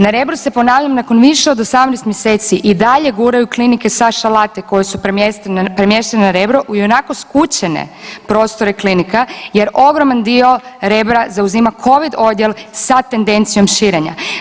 Na Rebru se ponavljam nakon više od 18 mjeseci i dalje guraju klinike sa Šalate koje su premještene na Rebro u ionako skučene prostore klinike jer ogroman dio Rebra zauzima covid odjel sa tendencijom širenja.